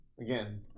again